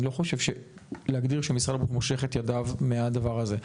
אני לא חושב שנכון להגדיר שמשרד הבריאות מושך את ידיו מהדבר הזה.